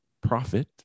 profit